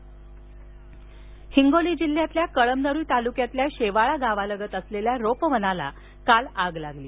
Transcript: हिंगोली रोपवन आग हिंगोली जिल्ह्यातल्या कळमन्री तालुक्यातल्या शेवाळा गावालगत असलेल्या रोपवनाला काल आग लागली